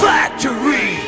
Factory